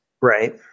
right